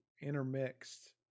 intermixed